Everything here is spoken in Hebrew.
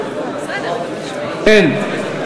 אין.